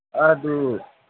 ꯑꯗꯨ